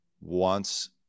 wants